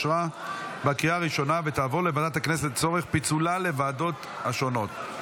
אושרה בקריאה הראשונה ותעבור לוועדת הכנסת לצורך פיצולה לוועדות השונות.